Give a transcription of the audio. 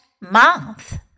month